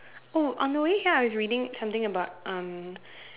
oh on the way here I was reading something about um